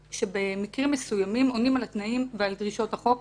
שבמקרים מסוימים עונים על התנאים ועל דרישות החוק.